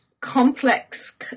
complex